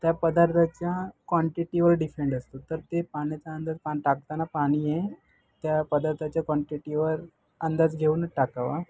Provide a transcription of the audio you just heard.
त्या पदार्थाच्या क्वांटीटीवर डिफेंड असतो तर ते पाण्याचा अंदाज पान टाकताना पाणी हे त्या पदार्थाच्या क्वांटीटीवर अंदाज घेऊन टाकावा